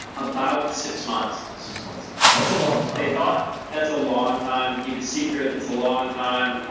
about six months six months. that's a long time they thought, that's a long time to keep a secret, it's a long time,